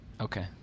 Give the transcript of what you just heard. Okay